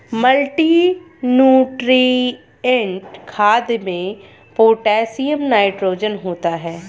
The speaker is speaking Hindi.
मल्टीनुट्रिएंट खाद में पोटैशियम नाइट्रोजन होता है